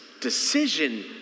Decision